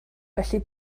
felly